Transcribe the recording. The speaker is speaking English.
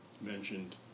mentioned